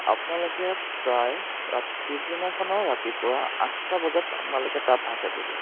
আপোনালোকে প্ৰায় পিছদিনাখনৰ ৰাতিপুৱা আঠটা বজাত আপোনালোকে তাত পাই যাবগে